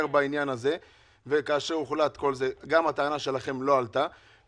לא העליתם את זה.